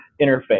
interface